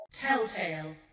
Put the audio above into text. Telltale